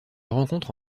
rencontre